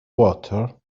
water